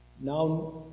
Now